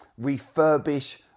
Refurbish